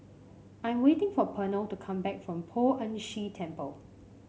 I'm waiting for Pernell to come back from Poh Ern Shih Temple